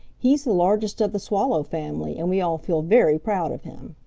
he's the largest of the swallow family, and we all feel very proud of him.